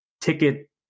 ticket